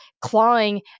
clawing